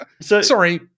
sorry